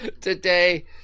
Today